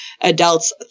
adults